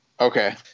Okay